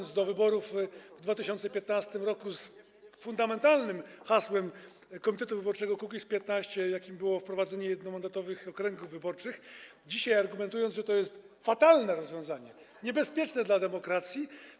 Szedł do wyborów w 2015 r. z fundamentalnym hasłem komitetu wyborczego Kukiz’15, jakim było wprowadzenie jednomandatowych okręgów wyborczych, a dzisiaj argumentuje, że to jest fatalne rozwiązanie, niebezpieczne dla demokracji.